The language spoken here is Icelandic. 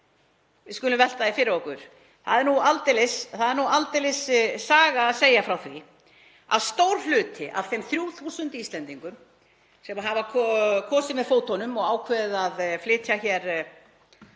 Við skulum velta því fyrir okkur, það er nú aldeilis saga að segja frá því að stór hluti af þeim 3.000 Íslendingum sem hafa kosið með fótunum og ákveðið að flytja til